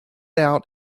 out